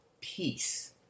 peace